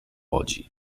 łodzi